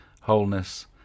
wholeness